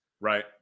Right